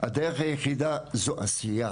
הדרך היחידה זו עשייה